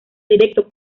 directo